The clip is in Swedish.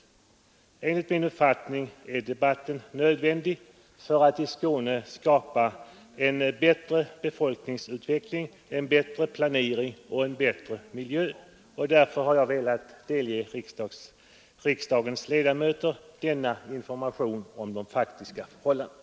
Enligt min mening är debatten nödvändig för att i Skåne skapa en bättre befolkningsutveckling, en bättre planering och en bättre miljö, och därför har jag velat delge riksdagens ledamöter denna information om de faktiska förhållandena.